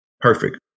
Perfect